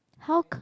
how